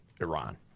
Iran